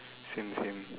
same same